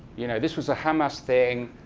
you know this was a hamas thing.